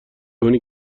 کنی